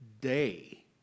day